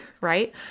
Right